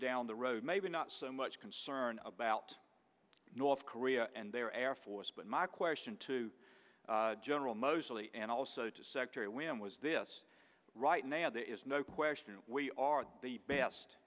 down the road maybe not so much concerned about north korea and their air force but my question to general moseley and also to secretary when was this right now there is no question we are the best